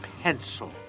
pencil